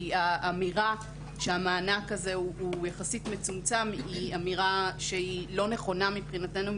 האמירה שהמענק הזה הוא יחסית מצומצם היא אמירה שהיא לא נכונה מבחינתנו,